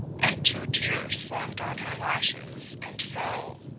and two tears formed on her lashes and fell.